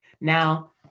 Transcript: now